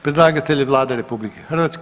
Predlagatelj je vlada RH.